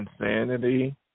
insanity